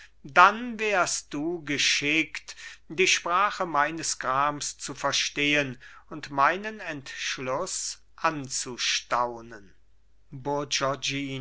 dann wärst du geschickt die sprache meines grams zu verstehen und meinen entschluß anzustaunen